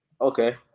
Okay